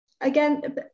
Again